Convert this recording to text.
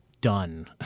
done